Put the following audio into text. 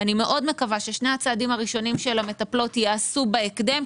ואני מאוד מקווה ששני הצעדים הראשונים של המטפלות ייעשו בהקדם,